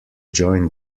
join